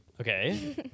Okay